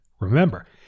Remember